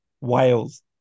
Wales